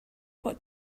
what